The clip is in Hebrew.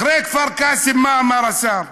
אחרי כפר קאסם, מה אמר השר?